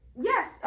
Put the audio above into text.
Yes